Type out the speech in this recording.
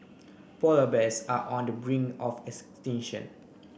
polar bears are on the bring of